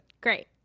Great